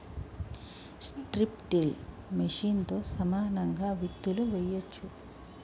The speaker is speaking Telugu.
స్ట్రిప్ టిల్ మెషిన్తో సమానంగా విత్తులు వేయొచ్చు